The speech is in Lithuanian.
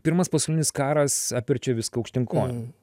pirmas pasaulinis karas apverčia viską aukštyn kojom